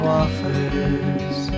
offers